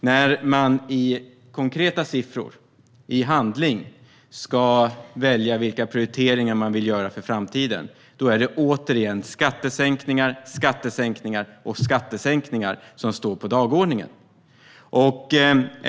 När de i konkreta siffror, i handling, ska visa vilka prioriteringar de vill göra för framtiden är det återigen skattesänkningar, skattesänkningar och skattesänkningar som står på dagordningen.